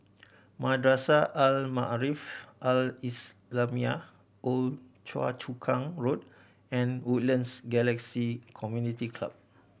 Madrasah Al Maarif Al Islamiah Old Choa Chu Kang Road and Woodlands Galaxy Community Club